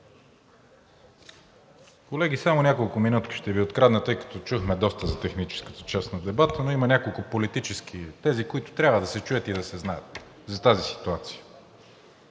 Колеги, само няколко минутки ще Ви открадна, тъй като чухме доста за техническата част на дебата, но има няколко политически тези, които трябва да се чуят и да се знаят за тази ситуация.